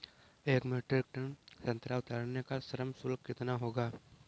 एक metric ton संतरा उतारने का श्रम शुल्क कितना होगा?